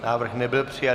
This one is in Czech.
Návrh nebyl přijat.